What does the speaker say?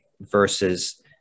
versus